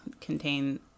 contain